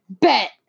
Bet